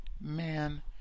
Man